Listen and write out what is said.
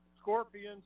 scorpions